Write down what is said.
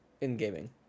in-gaming